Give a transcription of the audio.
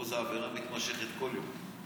פה זה עבירה מתמשכת כל יום.